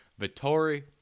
Vittori